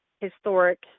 historic